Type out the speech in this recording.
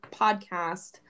podcast